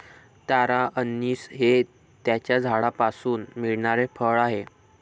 तारा अंनिस हे त्याच्या झाडापासून मिळणारे फळ आहे